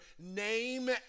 name